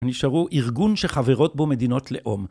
נשארו ארגון שחברות בו מדינות לאום.